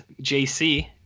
JC